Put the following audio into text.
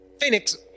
Phoenix